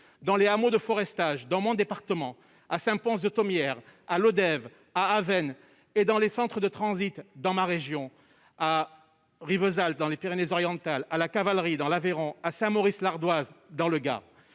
les hameaux de forestage de mon département, à Saint-Pons-de-Thomières, à Lodève et à Avène, et les centres de transit de ma région, à Rivesaltes dans les Pyrénées-Orientales, à La Cavalerie en Aveyron et à Saint-Maurice-l'Ardoise dans le Gard.